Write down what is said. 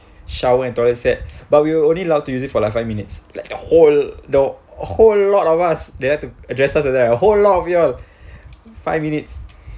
shower and toilet set but we were only allowed to use it for like five minutes like a whole the whole lot of us there to a whole lot of you all five minutes